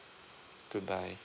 goodbye